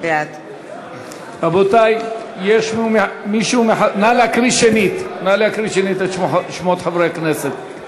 בעד נא להקריא שנית את שמות חברי הכנסת.